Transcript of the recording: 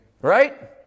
Right